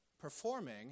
performing